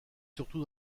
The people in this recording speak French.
surtout